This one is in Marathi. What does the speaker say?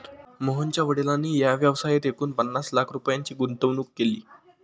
मोहनच्या वडिलांनी या व्यवसायात एकूण पन्नास लाख रुपयांची गुंतवणूक केली